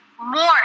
more